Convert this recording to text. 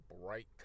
bright